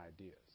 ideas